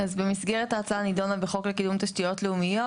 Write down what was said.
אז במסגרת ההצעה הנידונה בחוק לקידום תשתיות לאומיות,